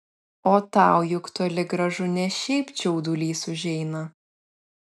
o tau juk toli gražu ne šiaip čiaudulys užeina